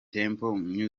temple